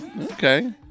Okay